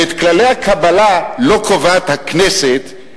ואת כללי הקבלה לא קובעת הכנסת,